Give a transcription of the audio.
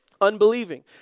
unbelieving